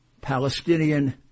Palestinian